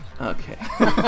Okay